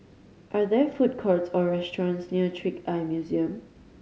are there food courts or restaurants near Trick Eye Museum